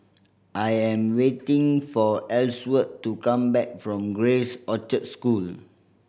I am waiting for Elsworth to come back from Grace Orchard School